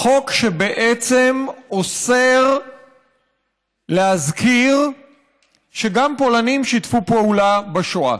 חוק שבעצם אוסר להזכיר שגם פולנים שיתפו פעולה בשואה.